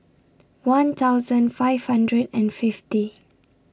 one thousand five hundred and fifty